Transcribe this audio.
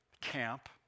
camp